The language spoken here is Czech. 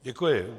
Děkuji.